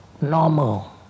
normal